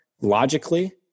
logically